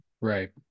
Right